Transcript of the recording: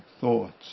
thoughts